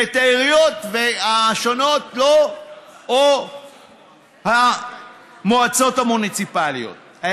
והעיריות השונות או המועצות המוניציפליות לא.